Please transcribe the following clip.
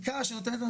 שם.